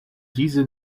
diese